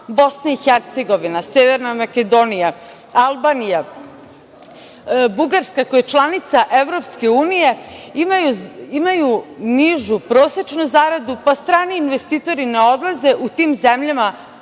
Bosna i Hercegovina, Severna Makedonija, Albanija, Bugarska, koja je članica EU, imaju nižu prosečnu zaradu, pa strani investitori ne odlaze u te zemlje